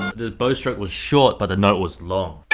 the bow stroke was short but the note was long.